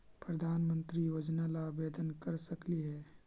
प्रधानमंत्री योजना ला आवेदन कर सकली हे?